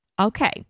Okay